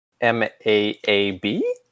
M-A-A-B